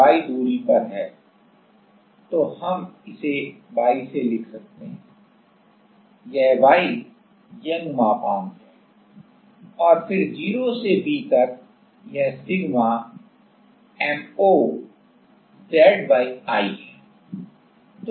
यहाँ y दिशा में मान लें कि यदि विक्षेपण है या हम कहते हैं कि यदि हम एक ऐसा बिंदु लेते हैं जहाँ परत तटस्थ अक्ष से y दूरी पर है तो हम इसे Y से लिख सकते हैं यह Y यंग मापांक है और फिर 0 से V तक यह सिग्मा M0 zI है